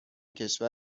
کشور